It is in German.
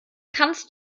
kannst